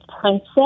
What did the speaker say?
princess